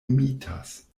imitas